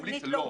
המליץ לא.